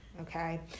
Okay